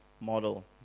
model